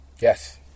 Yes